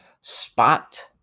spot